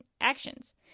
actions